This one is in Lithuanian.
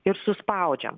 ir suspaudžiam